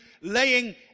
laying